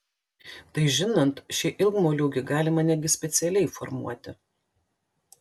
tai žinant šį ilgmoliūgį galima netgi specialiai formuoti